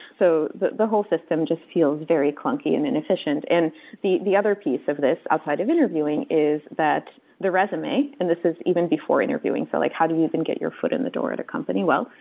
so the the whole system just feels very clunky and inefficient. and the the other piece of this outside of interviewing is that the resume, and this is even before interviewing. so like how do you even get your foot in the door at a company? well,